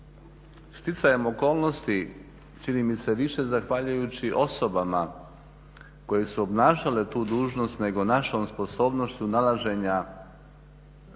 Sticanjem okolnosti čini mi se više zahvaljujući osobama koje su obnašale tu dužnost nego našom sposobnošću nalaženja zajedničkog